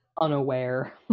Unaware